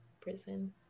Prison